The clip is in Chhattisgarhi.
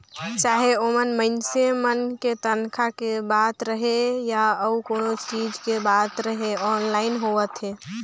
चाहे ओमन मइनसे मन के तनखा के बात रहें या अउ कोनो चीच के बात रहे आनलाईन होवत हे